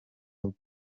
bwe